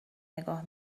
نگاه